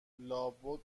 لابد